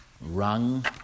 rung